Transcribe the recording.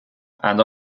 and